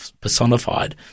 personified